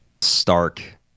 Stark